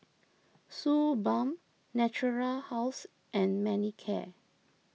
Suu Balm Natura House and Manicare